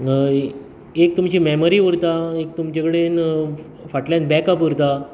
नाइ एक तुमचीं मेमरी उरता एक तुमचे कडेन अ फाटल्यान बेक अप उरता